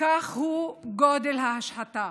כך הוא גודל ההשחתה.